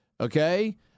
okay